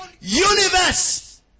universe